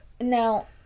Now